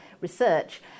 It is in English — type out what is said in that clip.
research